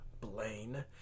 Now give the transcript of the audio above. blaine